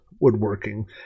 woodworking